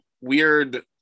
weird